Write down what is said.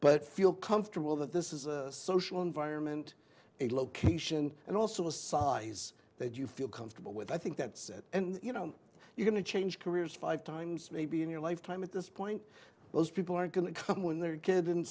but feel comfortable that this is a social environment a location and also they do feel comfortable with i think that's it and you know you're going to change careers five times maybe in your lifetime at this point those people aren't going to come when their kid didn't